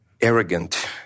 arrogant